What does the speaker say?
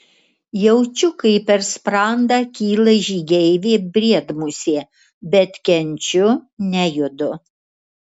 jaučiu kaip per sprandą kyla žygeivė briedmusė bet kenčiu nejudu